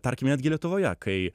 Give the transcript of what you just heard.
tarkim netgi lietuvoje kai